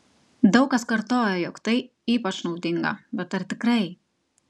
daug kas kartoja jog tai ypač naudinga bet ar tikrai